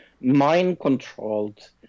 mind-controlled